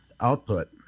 output